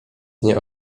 nie